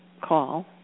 call